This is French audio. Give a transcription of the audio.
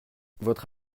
votre